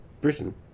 Britain